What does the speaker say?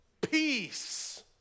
peace